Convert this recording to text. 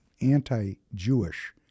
anti-Jewish